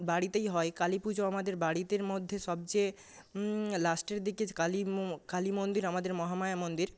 বাড়িতেই হয় কালীপুজো আমাদের বাড়িতের মধ্যে সবচেয়ে লাস্টের দিকে কালী কালী মন্দির আমাদের মহামায়া মন্দির